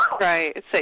Right